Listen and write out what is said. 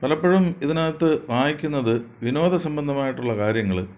പലപ്പോഴും ഇതിനകത്ത് വായിക്കുന്നത് വിനോദ സംബന്ധമായിട്ടുള്ള കാര്യങ്ങൾ